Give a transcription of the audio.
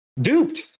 duped